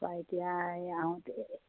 তাৰপৰা এতিয়া এই আহোঁতে